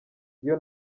iyo